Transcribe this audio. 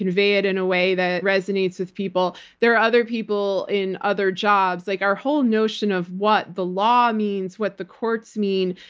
convey it in a way that resonates with people. there are other people in other jobs, like our whole notion of what the law means, what the courts mean,